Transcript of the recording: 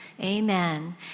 Amen